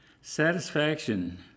Satisfaction